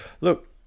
look